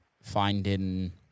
finding